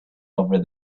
over